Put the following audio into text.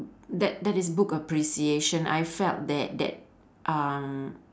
that that is book appreciation I felt that that um